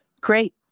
Great